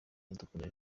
iradukunda